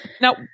Now